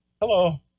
Hello